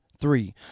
three